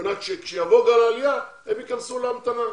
כדי שכשיבוא גל עלייה הם ייכנסו להמתנה,